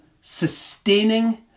sustaining